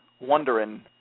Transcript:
wondering